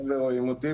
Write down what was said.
רואים אותי.